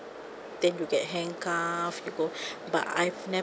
then you get handcuff you go but I've